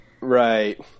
Right